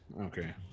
Okay